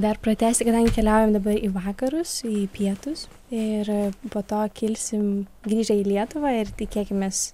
dar pratęsti kadangi keliaujam dabar į vakarus į pietus ir po to kilsim grįžę į lietuvą ir tikėkimės